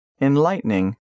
Enlightening